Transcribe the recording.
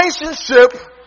relationship